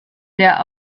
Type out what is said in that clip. der